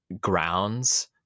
grounds